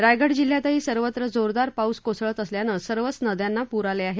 रायगड जिल्ह्यातही सर्वत्र जोरदार पाऊस कोसळत असल्यानं सर्वच नद्यांना पूर आले आहेत